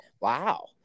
wow